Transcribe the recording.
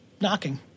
knocking